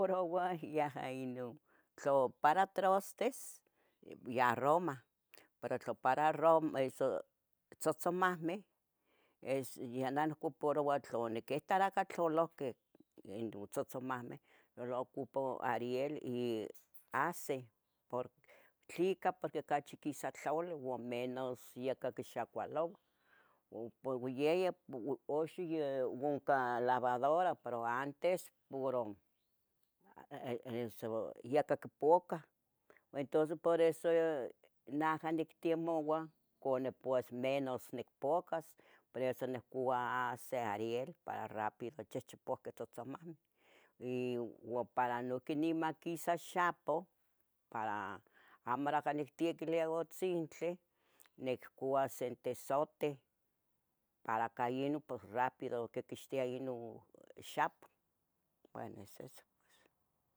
puro ua yaha ino, tla para traostes yeh roma, pero tla para rom eso tzotzomahmeh, es yeh neh nicuparoau tla niquita tlaraca tlolohqueh ino tzotzomahmeh, lo ocupo ariel y ace, por tlica, porque ocachi quisa tlaol ua menos yaca quixacualoua up yeyi up uxa ya onca lavadora, pero antes puro aah eeh yaca icpoucah entonces por eso naha nictiemouah, quenicpouas menos nicpuacas, por eso niccua ace, ariel para rápido chihchipa tzotzomahmeh y uan para nohqui nima maquisa xapoh para amo miaca nictequilia utzintli niccua sente zote, para ca ino pos rápido quixtia ino xapoh, bueno es eso.